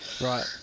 Right